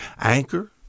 Anchor